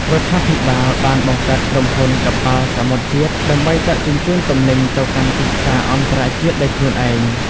រដ្ឋាភិបាលបានបង្កើតក្រុមហ៊ុនកប៉ាល់សមុទ្រជាតិ ដើម្បីដឹកជញ្ជូនទំនិញទៅកាន់ទីផ្សារអន្តរជាតិដោយខ្លួនឯង។